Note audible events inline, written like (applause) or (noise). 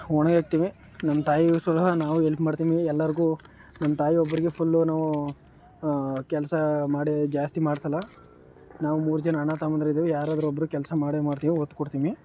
ಒಣಗಾಕ್ತೀವಿ ನಮ್ಮ ತಾಯಿ (unintelligible) ನಾವು ಎಲ್ಪ್ ಮಾಡ್ತೀವಿ ಎಲ್ಲಾರಿಗೂ ನಮ್ಮ ತಾಯಿ ಒಬ್ಬರಿಗೆ ಫುಲ್ಲುನು ಕೆಲಸ ಮಾಡಿ ಜಾಸ್ತಿ ಮಾಡ್ಸೋಲ್ಲ ನಾವು ಮೂರು ಜನ ಅಣ್ಣ ತಮ್ಮಂದ್ರಿದೀವಿ ಯಾರಾದರೂ ಒಬ್ಬರು ಕೆಲಸ ಮಾಡೇ ಮಾಡ್ತೀವಿ ಒತ್ತು ಕೊಡ್ತೀನಿ